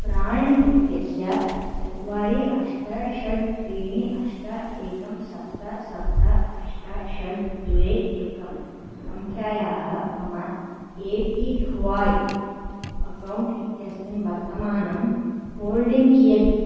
प्राणः इत्यस्य चत्वारि अष्ट षट् त्रीणि अष्ट एकं सप्त सप्त अष्ट षट् द्वे एकं सङ्ख्यायाः मम ए पी व्हाय् अकौण्ट् इत्यस्मिन् वर्तमानं होल्डिङ्ग् कियत्